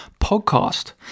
podcast